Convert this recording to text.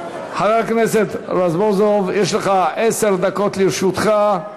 חבר הכנסת רזבוזוב, עשר דקות לרשותך.